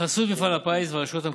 בחסות מפעל הפיס והרשויות המקומיות,